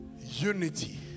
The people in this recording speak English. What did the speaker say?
unity